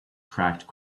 cracked